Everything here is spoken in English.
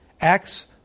Acts